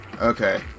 Okay